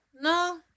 No